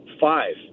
five